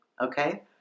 okay